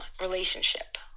relationship